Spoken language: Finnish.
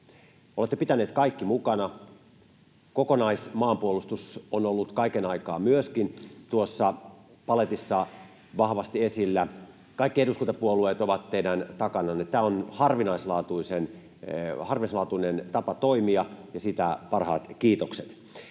Olette pitänyt kaikki mukana, kokonaismaanpuolustus on ollut kaiken aikaa myöskin tuossa paletissa vahvasti esillä. Kaikki eduskuntapuolueet ovat teidän takananne. Tämä on harvinaislaatuinen tapa toimia, ja siitä parhaat kiitokset.